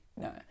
no